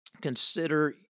consider